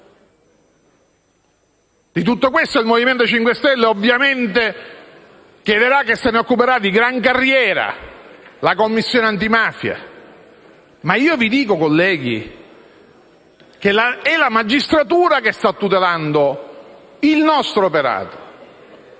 Di tutto questo il Movimento 5 Stelle ovviamente chiederà che se ne occupi di gran carriera la Commissione antimafia. Colleghi, è la magistratura che sta tutelando il nostro operato